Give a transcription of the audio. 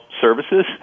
services